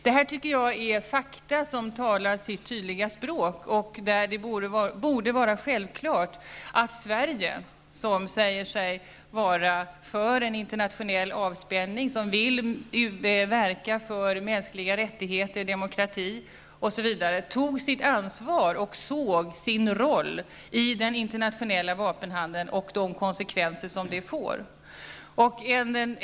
Detta tycker jag är fakta som talar sitt tydliga språk, och det borde vara självklart att Sverige, som säger sig vara för en internationell avspänning och som vill verka för mänskliga rättigheter, demokrati, osv, tar sitt ansvar och ser sin roll i den internationella vapenhandeln och de konsekvenser som den får.